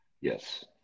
Yes